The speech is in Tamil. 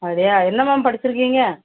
அப்படியா என்ன மேம் படிச்சிருக்கீங்க